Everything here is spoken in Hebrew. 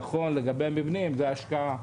נכון, לגבי מבנים זה השקעה.